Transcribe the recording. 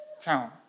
town